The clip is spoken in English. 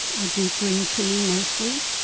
i drink green tea mostly,